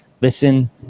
Listen